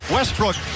Westbrook